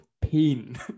pain